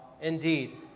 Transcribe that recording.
Indeed